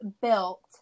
built